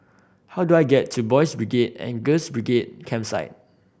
how do I get to Boys' Brigade and Girls' Brigade Campsite